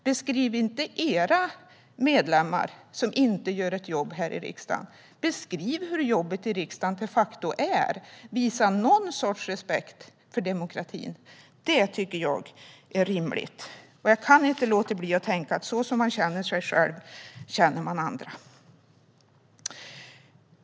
Beskriv inte era medlemmar som inte gör sitt jobb här i riksdagen! Beskriv hur jobbet i riksdagen de facto är! Visa någon sorts respekt för demokratin! Det tycker jag är rimligt, och jag kan inte låta bli att tänka att så som man känner sig själv känner man andra.